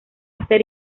hacer